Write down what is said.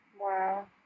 Wow